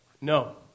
No